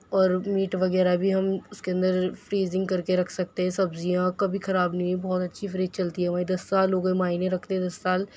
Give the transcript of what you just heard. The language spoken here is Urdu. اور میٹ وغیرہ بھی ہم اُس کے اندر فریزنگ کر کے رکھ سکتے سبزیاں کبھی خراب نہیں بہت اچھی فریج چلتی ہماری دس سال ہو گئے معنی رکھتے دس سال